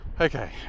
Okay